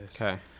Okay